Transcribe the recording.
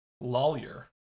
Lawyer